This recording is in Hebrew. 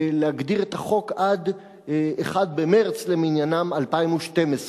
להגדיר את החוק עד 1 במרס 2012 למניינם,